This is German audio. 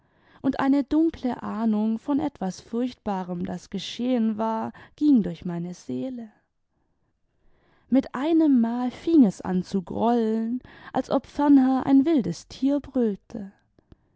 und eine dunkle ahnung von etwas furchtbarem das geschehen war ging durch meine seele mit einem mal fing es an zu grollen als ob fernher ein wildes tier brüllte